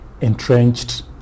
entrenched